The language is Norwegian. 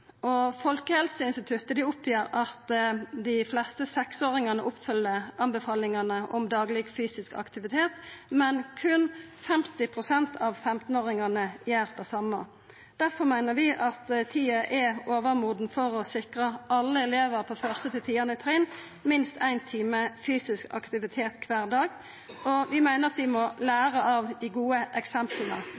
dag. Folkehelseinstituttet oppgir at dei fleste seksåringane oppfyller anbefalingane om dagleg fysisk aktivitet, men berre 50 pst. av 15-åringane gjer det same. Derfor meiner vi at tida er overmoden for å sikra alle elevar på 1.–10. trinn minst éin times fysisk aktivitet kvar dag, og vi meiner at vi må læra av dei gode